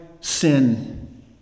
sin